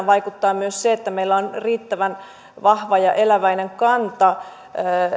vaikuttaa myös se että meillä on riittävän vahva ja eläväinen kanta